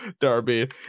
Darby